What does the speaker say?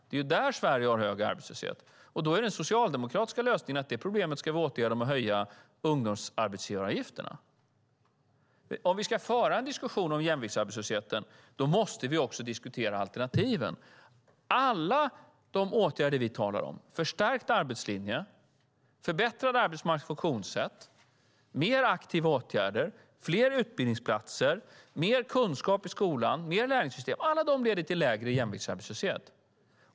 Det är där Sverige har högre arbetslöshet. Då är det den socialdemokratiska lösningen att vi ska åtgärda det problemet genom att höja ungdomsarbetsgivaravgifterna. Om vi ska föra en diskussion om jämviktsarbetslösheten måste vi också diskutera alternativen. Det är alla de åtgärder som vi talar om: förstärkt arbetslinje, förbättring av arbetsmarknadens funktionssätt, mer aktiva åtgärder, fler utbildningsplatser, mer kunskap i skolan och mer lärlingssystem. Alla de leder till lägre jämviktsarbetslöshet.